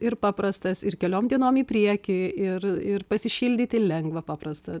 ir paprastas ir keliom dienom į priekį ir ir pasišildyti lengva paprasta